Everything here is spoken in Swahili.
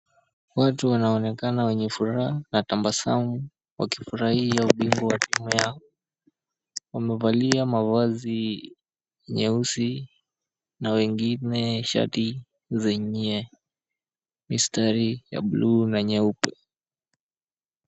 Watu wanaonekana wenye furaha na tabasamu, wakifurahia ubingwa wa timu yao. Wamevalia mavazi nyeusi na wengine shati zenye mistari ya buluu na nyeupe.